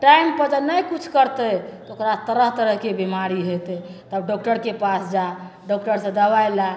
टाइमपर जँ नहि किछु करतै तऽ ओकरा तरह तरहके बेमारी हेतै तब डॉकटरके पास जा डॉकटरसे दवाइ ले